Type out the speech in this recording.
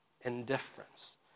indifference